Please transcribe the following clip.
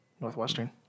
Northwestern